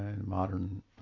modern